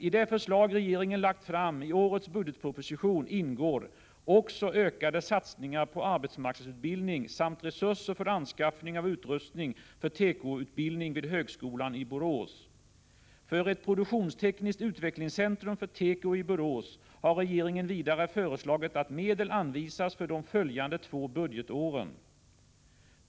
I det förslag regeringen lagt fram i årets budgetproposition ingår också ökade satsningar på arbetsmarknadsutbildning samt resurser för anskaffning av utrustning för tekoutbildning vid högskolan i Borås. För ett produktionstekniskt utvecklingscentrum för teko i Borås har regeringen vidare föreslagit att medel anvisas för de följande två budgetåren.